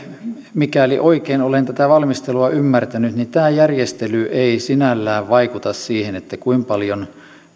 mikäli oikein olen tätä valmistelua ymmärtänyt niin tämä järjestely ei sinällään vaikuta siihen kuinka paljon